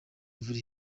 imvura